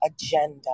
agenda